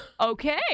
Okay